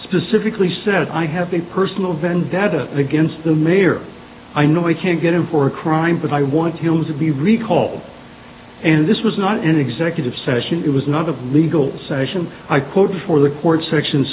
specifically said i have a personal vendetta against the mayor i know i can't get him for a crime but i want him to be recall and this was not an executive session it was not a legal nation i quote for the quarter section